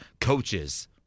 coaches